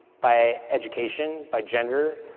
by education, by gender,